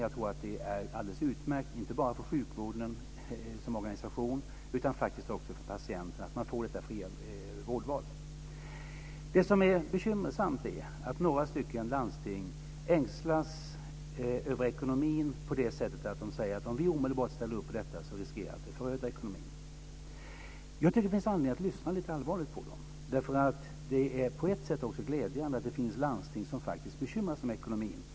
Jag tror att det är alldeles utmärkt, inte bara för sjukvården som organisation utan faktiskt också för patienten, att man får detta fria vårdval. Det som är bekymmersamt är att några landsting ängslas över ekonomin på det sättet att de säger: Om vi omedelbart ställer upp på detta riskerar vi att föröda ekonomin. Jag tycker att det finns anledning att lyssna lite allvarligt på dem. Det är på ett sätt också glädjande att det finns landsting som faktiskt bekymrar sig om ekonomin.